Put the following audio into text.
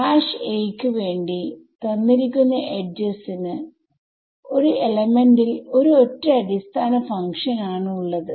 a വേണ്ടി തന്നിരിക്കുന്ന എഡ്ജിനു ഒരു എലമെന്റിൽ ഒരു ഒറ്റ അടിസ്ഥാന ഫങ്ക്ഷന് ആണ് ഉള്ളത്